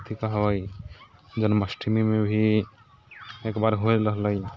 कथि कहबै जन्माष्टमीमे भी एक बार होइल रहलै